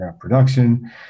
production